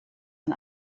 ein